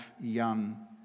young